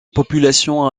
population